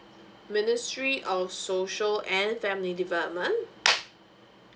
ministry of social and family development